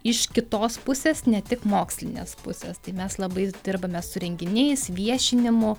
iš kitos pusės ne tik mokslinės pusės tai mes labai dirbame su renginiais viešinimu